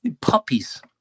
Puppies